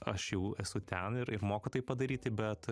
aš jau esu ten ir ir moku tai padaryti bet